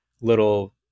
little